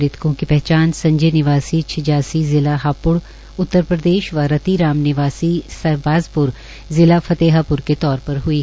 मृतको की पहचान संजय निवासी छिजासी जिला हाप्ड़ उत्तरप्रदेश व रति राम निवासी सहबाजप्र जिला फतेहाप्र के तौर पर हुई है